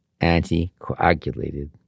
anticoagulated